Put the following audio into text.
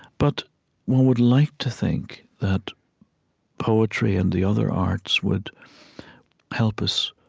but one would like to think that poetry and the other arts would help us,